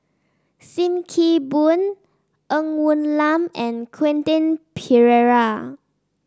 Sim Kee Boon Ng Woon Lam and Quentin Pereira